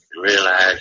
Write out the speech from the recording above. realize